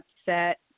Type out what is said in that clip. upset